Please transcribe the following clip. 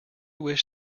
wish